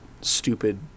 stupid